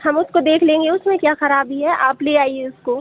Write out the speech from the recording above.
हम उसको देख लेंगे उसमें क्या ख़राबी है आप ले आइए उसको